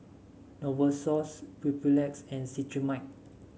Novosource Papulex and Cetrimide